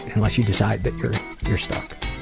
unless you decide that you're you're stuck.